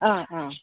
ആ ആ